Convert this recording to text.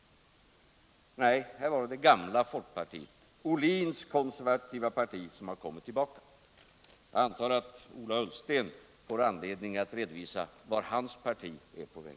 Nej, här har det gamla folkpartiet, Bertil Ohlins konservativa parti, kommit tillbaka. Jag antar att Ola Ullsten får anledning att redovisa vart hans parti är på väg.